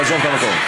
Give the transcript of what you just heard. תעזוב את המקום.